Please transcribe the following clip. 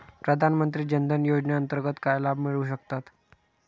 प्रधानमंत्री जनधन योजनेअंतर्गत काय लाभ मिळू शकतात?